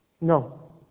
No